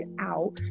out